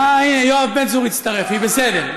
אה, יואב בן צור מצטרף, היא בסדר.